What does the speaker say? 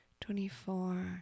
twenty-four